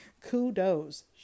Kudos